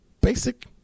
basic